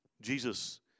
Jesus